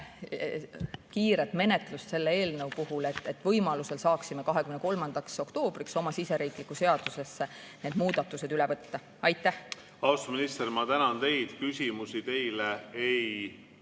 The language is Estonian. kiiret menetlust selle eelnõu puhul, et võimalusel saaksime 23. oktoobriks oma siseriiklikku seadusesse need muudatused üle võtta. Aitäh!